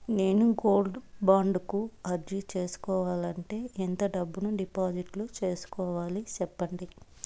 నేను gold bond కు అర్జీ సేసుకోవాలంటే ఎంత డబ్బును డిపాజిట్లు సేసుకోవాలి సెప్పండి